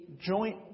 joint